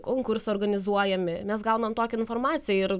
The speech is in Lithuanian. konkursai organizuojami mes gaunam tokią informaciją ir